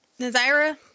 Nazira